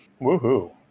Woohoo